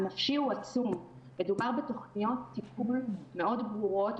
הוצאנו אתמול הנחיות חדשות נוספות שהפרדנו בין הפרדה לבידוד.